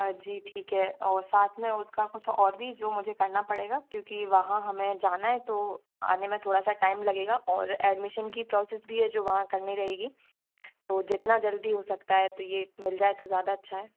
जी ठीक है और साथ में उसका कुछ और भी जो मुझे करना पड़ेगा क्योंकि वहाँ हमें जाना है तो आने में थोड़ा सा टाइम लगेगा और एडमिसन की प्रोसेस भी है जो वहाँ करनी रहेगी तो जितना जल्दी हो सकता है तो यह मिल जाए तो ज़्यादा अच्छा है